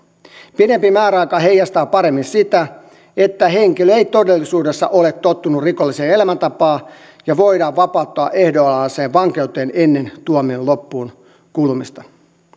pidempi määräaika heijastaa paremmin sitä että henkilö ei todellisuudessa ole tottunut rikolliseen elämäntapaan ja voidaan vapauttaa ehdonalaiseen vapauteen ennen tuomion loppuun kulumista